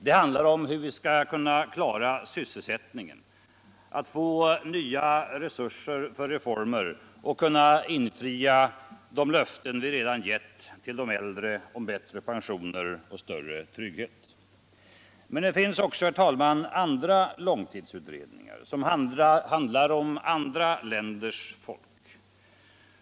Det handlar om att klara sysselsättningen, att få nva resurser för reformer och kunna infria de löften vi redan gett ull de äldre om bättre pensioner och större trygghet. Men det finns också, herr talman. andra långtidsutredningar, som handlar om andra länders folk.